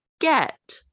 get